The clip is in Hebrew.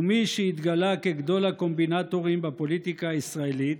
ומי שהתגלה כגדול הקומבינטורים בפוליטיקה הישראלית,